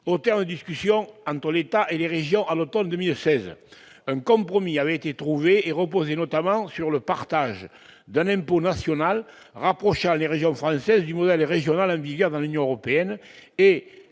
au terme discussions entre l'État et les régions, à l'Automne 2016 compromis avait été trouvé et reposer notamment sur le partage d'un impôt national les régions françaises du modèle régional un milliard dans l'Union européenne et